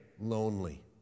lonely